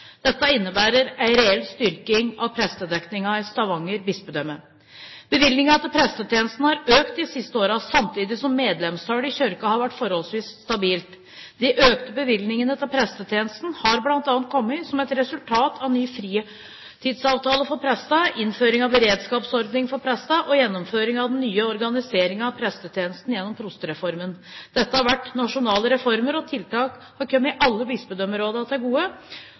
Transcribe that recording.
Dette innebærer en reell styrking av prestedekningen i Stavanger bispedømme. Bevilgningene til prestetjenesten har økt de siste årene, samtidig som medlemstallet i Kirken har vært forholdsvis stabilt. De økte bevilgningene til prestetjenesten har bl.a. kommet som et resultat av ny fritidsavtale for prestene, innføringen av beredskapsordningen for prestene og gjennomføringen av den nye organiseringen av prestetjenesten gjennom Prostereformen. Dette har vært nasjonale reformer og tiltak som har kommet alle bispedømmene til gode,